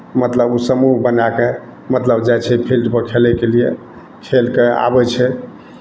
मतलब ओ समूह बना कऽ मतलब जाइ छै फिल्डपर खेलयके लिए खेलि कऽ आबै छै